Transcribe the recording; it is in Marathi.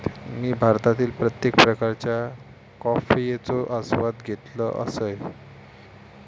मी भारतातील प्रत्येक प्रकारच्या कॉफयेचो आस्वाद घेतल असय